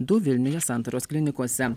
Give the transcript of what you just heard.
du vilniuje santaros klinikose